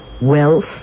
wealth